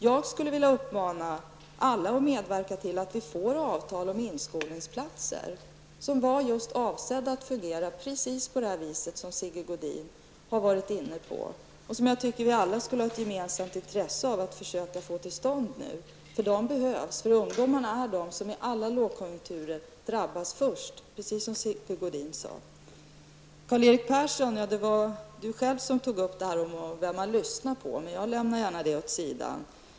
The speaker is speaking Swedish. Jag skulle vilja uppmana alla att medverka till att vi får ett avtal om inskolningsplatser som är avsedda att fungera på just det sätt som Sigge Godin har varit inne på. Vi borde alla ha ett gemensamt intresse av att försöka få till stånd det nu. De behövs eftersom ungdomarna, som i alla lågkonjunkturer, är de som drabbas först, precis som Sigge Godin sade. Det var Karl-Erik Persson själv som tog upp det här om vem man lyssnar på, men jag lämnar det gärna åt sidan.